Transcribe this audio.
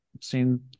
seen